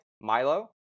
Milo